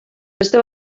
beste